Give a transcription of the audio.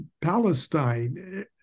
Palestine